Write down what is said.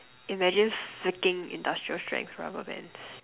imagine flicking industrial strength rubber bands